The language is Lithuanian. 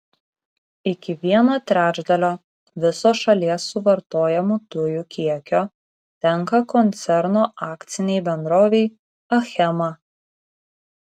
iki vieno trečdalio viso šalies suvartojamų dujų kiekio tenka koncerno akcinei bendrovei achema